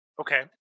okay